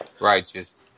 Righteous